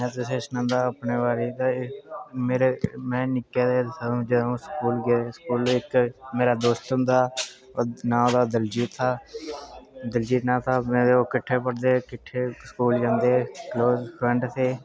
में तुसें गी सनान्नां अपने बारै निक्के हुंदे जिसलै में स्कूल जंदा हा मेरा इक दोस्त हुंदा हा ओह्दा नां दलजीत था दमें किटठे पढ़दे हे दमें किट्ठे स्कूल जंदे हे दमें फ्रेंड हे